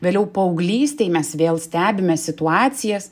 vėliau paauglystėj mes vėl stebime situacijas